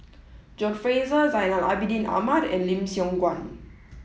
John Fraser Zainal Abidin Ahmad and Lim Siong Guan